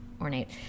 ornate